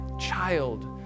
child